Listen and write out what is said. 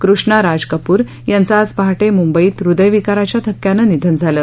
कृष्णा राज कपूर यांचं आज पहाटे मुंबईत हृदयविकाराच्या धक्क्याने निधन झालं